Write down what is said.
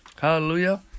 Hallelujah